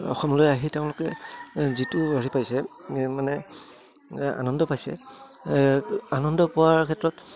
অসমলৈ আহি তেওঁলোকে যিটো আহি পাইছে মানে আনন্দ পাইছে আনন্দ পোৱাৰ ক্ষেত্ৰত